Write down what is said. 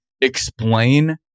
explain